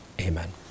amen